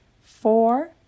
four